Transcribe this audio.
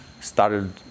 started